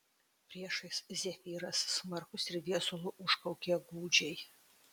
priešais zefyras smarkus ir viesulu užkaukė gūdžiai